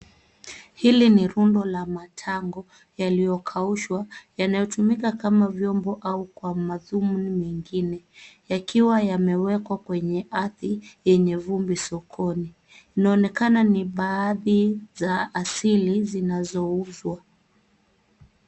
Hili ni rundo la matango yaliokaushwa yanayotumika kama vyombo au kwa madhumuni mengine yakiwa yamewekwa kwenye ardhi yenye vumbi sokoni. Inaonekana ni baadhi za asili zinazouzwa.